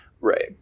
Right